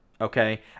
okay